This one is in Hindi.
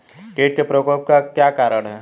कीट के प्रकोप के क्या कारण हैं?